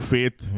Faith